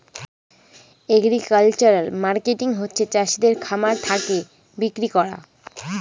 agricultural marketing হচ্ছে চাষিদের খামার থাকে বিক্রি করা